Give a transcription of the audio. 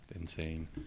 insane